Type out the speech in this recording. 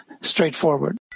straightforward